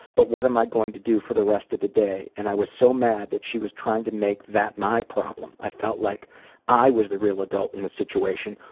but what am i going to do for the rest of the day? and i was so mad that she was trying to make that my problem. i felt like i was the real adult in the situation,